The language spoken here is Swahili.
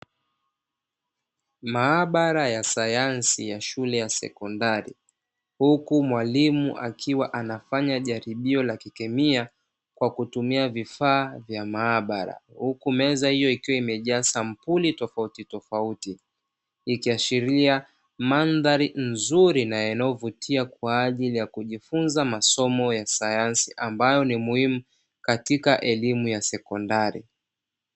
Maabara ya sayansi ya shule ya sekondari huku mwalimu akiwa anafanya jaribio la kikemia kwa kutumia vifaa vya maabara, huku meza hiyo ikiwa imejaa sampuli tofauti tofauti, ikiashiria mandhari nzuri na enayovutia kwa ajili ya kujifunza masomo ya sayansi ambayo ni muhimu katika elimu ya sekondari.